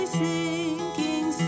sinking